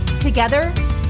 Together